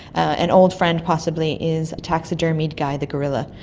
an old friend possibly, is taxidermied guy the gorilla,